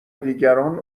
دیگران